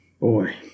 Boy